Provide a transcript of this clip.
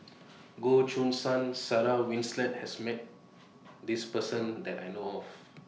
Goh Choo San Sarah Winstedt has Met This Person that I know of